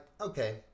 okay